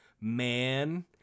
Man